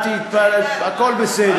הכול בסדר.